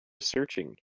searching